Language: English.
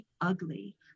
ugly